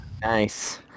Nice